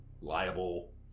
liable